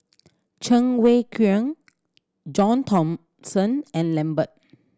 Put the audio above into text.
Cheng Wai Keung John Thomson and Lambert